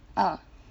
ah